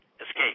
escape